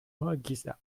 mortgage